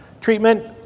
Treatment